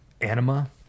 anima